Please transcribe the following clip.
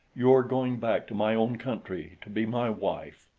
you are going back to my own country to be my wife.